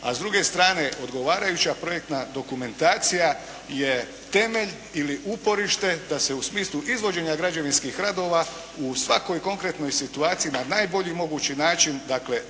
A s druge strane odgovarajuća projektna dokumentacija je temelj ili uporište da se u smislu izvođenja građevinskih radova u svakoj konkretnoj situaciji na najbolji mogući način dođe